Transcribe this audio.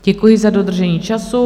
Děkuji za dodržení času.